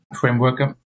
framework